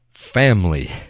family